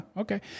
Okay